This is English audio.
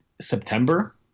September